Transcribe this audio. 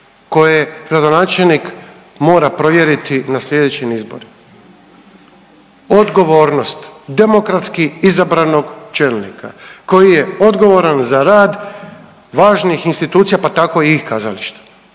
koje gradonačelnik mora provjeriti na sljedećim izborima odgovornost, demokratski izabranog čelnika koji je odgovoran za rad važnih institucija, pa tako i kazališta.